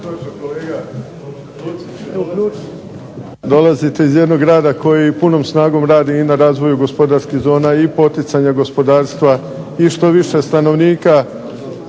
dolazite iz jednog grada koji punom snagom radi i na razvoju gospodarskih zona, i poticanja gospodarstva i što više stanovnika